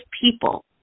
people